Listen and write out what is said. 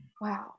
Wow